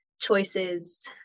choices